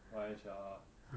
why sia